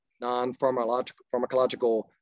non-pharmacological